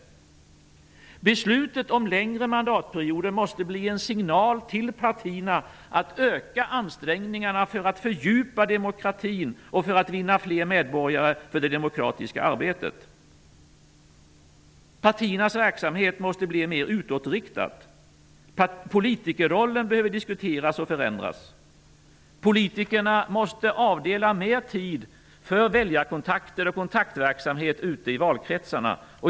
Beslutet om längre mandatperioder måste bli en signal till partierna att öka ansträngningarna för att fördjupa demokratin och för att vinna fler medborgare för det demokratiska arbetet. Partiernas verksamhet måste bli mer utåtriktad. Politikerrollen behöver diskuteras och förändras. Politikerna måste avdela mer tid för väljarkontakter och kontaktverksamhet ute i valkretsarna.